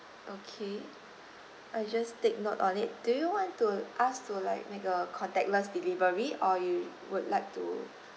okay I'll just take note on it do you want to us to like make a contactless delivery or you would like to